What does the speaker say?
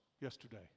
yesterday